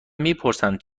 میپرسند